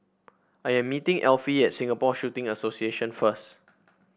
I am meeting Elfie at Singapore Shooting Association first